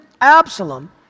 Absalom